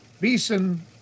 Beeson